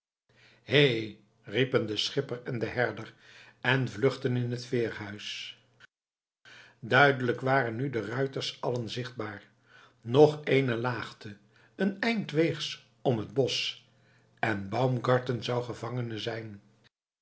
hé riepen de schipper en de herder en vluchtten in het veerhuis duidelijk waren nu de ruiters allen zichtbaar nog eene laagte een eindweegs om het bosch en baumgarten zou gevangene zijn